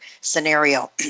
scenario